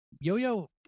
Yo-Yo